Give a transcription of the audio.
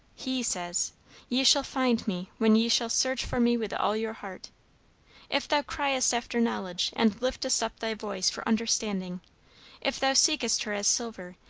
he says ye shall find me when ye shall search for me with all your heart if thou criest after knowledge, and liftest up thy voice for understanding if thou seekest her as silver,